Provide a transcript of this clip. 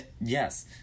Yes